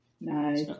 Nice